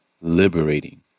liberating